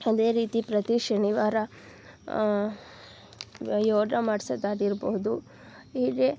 ಅದೇ ರೀತಿ ಪ್ರತಿ ಶನಿವಾರ ಯೋಗ ಮಾಡ್ಸೋದು ಆಗಿರ್ಬೋದು ಹೀಗೆ